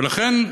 ולכן,